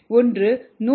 ஒன்று 100 முதல் 0